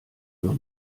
nur